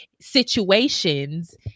situations